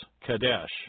Kadesh